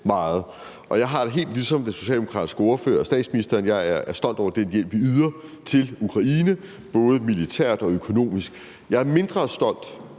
meget. Jeg har det helt lige som den socialdemokratiske ordfører og statsministeren, jeg er stolt over den hjælp, vi yder til Ukraine, både militært og økonomisk. Jeg er mindre stolt